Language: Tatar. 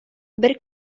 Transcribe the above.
бер